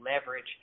leverage